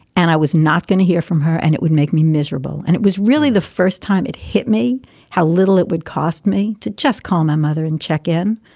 and i was not going to hear from her and it would make me miserable. and it was really the first time it hit me how little it would cost me to just call my mother and check in.